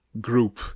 group